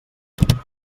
articles